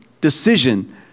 decision